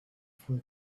fue